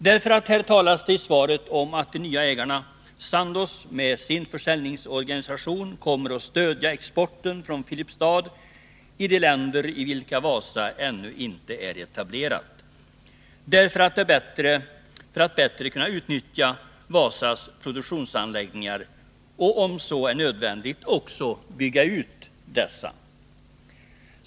Det talas i svaret om att de nya ägarna Sandoz med sin försäljningsorga Nr 98 nisation kommer att stödja exporten från Filipstad i de länder i vilka Wasa Tisdagen den ännu inte är etablerat — detta för att bättre kunna utnyttja Wasas 16 mars 1982 produktionsanläggningar och, om så är nödvändigt, också bygga ut dessa.